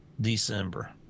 December